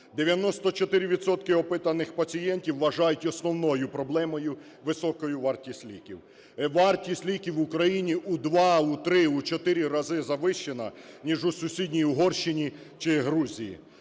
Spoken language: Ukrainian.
опитаних пацієнтів вважають основною проблемою високу вартість ліків. Вартість ліків в Україні у 2, у 3, у 4 рази завищена, ніж у сусідній Угорщині чи Грузії.